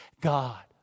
God